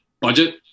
budget